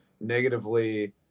negatively